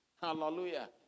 Hallelujah